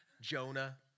Jonah